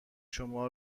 شما